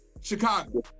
Chicago